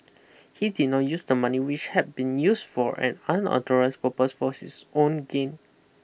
he did not use the money which had been use for an unauthorised purpose for this own gain